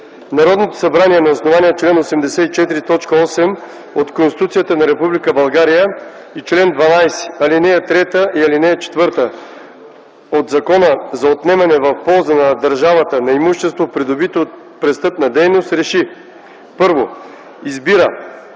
„Народното събрание на основание чл. 84, т. 8 от Конституцията на Република България и чл. 12, ал. 3 и 4 от Закона за отнемане в полза на държавата на имущество, придобито от престъпна дейност РЕШИ: 1. Избира